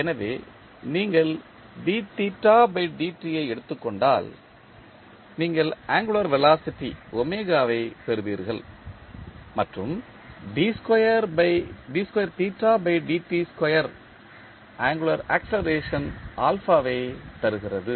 எனவே நீங்கள் ஐ எடுத்துக் கொண்டால் நீங்கள் ஆங்குளர் வெலாசிட்டி பெறுவீர்கள் மற்றும் ஆங்குளர் ஆக்ஸெலரேஷன் ஐ தருகிறது